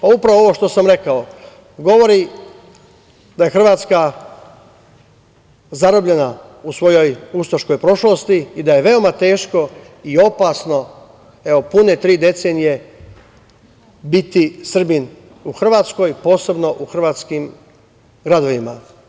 Pa, upravo ovo što sam rekao, govori da je Hrvatska zarobljena u svojoj ustaškoj prošlosti i da je veoma teško i opasno, evo pune tri decenije, biti Srbin u Hrvatskoj, posebno u hrvatskim gradovima.